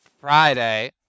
Friday